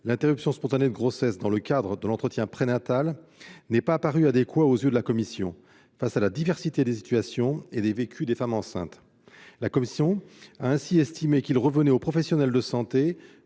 l'interruption spontanée de grossesse dans le cadre de l'entretien prénatal n'est pas apparu adéquat à la commission, eu égard à la diversité des situations et des vécus des femmes enceintes. La commission a ainsi estimé qu'il revenait au professionnel de santé